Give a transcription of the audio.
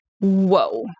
whoa